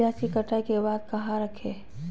प्याज के कटाई के बाद कहा रखें?